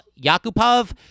Yakupov